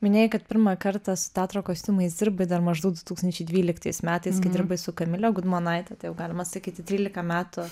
minėjai kad pirmą kartą su teatro kostiumais dirbai dar maždaug du tūkstančiai dvyliktais metais kai dirbai su kamile gudmonaite tai jau galima sakyti trylika metų